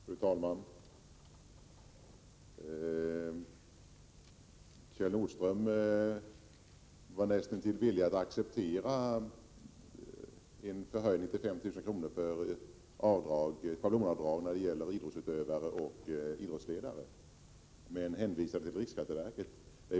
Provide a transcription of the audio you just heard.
Fru talman! Kjell Nordström var näst intill villig att acceptera en höjning av schablonavdraget för idrottsutövare och idrottsledare till 5 000 kr., men han hänvisade till att det är riksskatteverket som får pröva denna fråga.